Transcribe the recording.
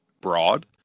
broad